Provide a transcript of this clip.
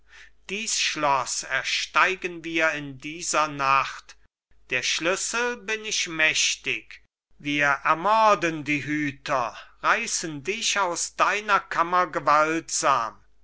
dies schloß ersteigen wir in dieser nacht der schlüssel bin ich mächtig wir ermorden die hüter reißen dich aus deiner kammer gewaltsam